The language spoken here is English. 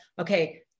okay